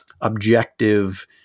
objective